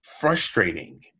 frustrating